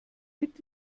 fit